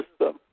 system